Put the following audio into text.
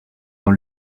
dans